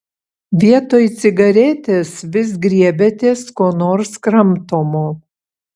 vietoj cigaretės vis griebiatės ko nors kramtomo